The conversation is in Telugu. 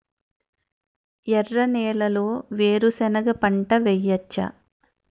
ఎర్ర నేలలో వేరుసెనగ పంట వెయ్యవచ్చా?